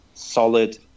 solid